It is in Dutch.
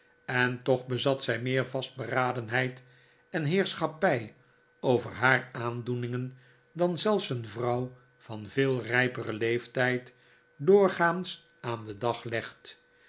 en toch bezat zij meer vastberadenheid en heerschappij over haar aandoeningen dan zelfs een vrouw van veel rijperen leeftijd doorgaans aan den dag legt